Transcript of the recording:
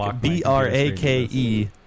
B-R-A-K-E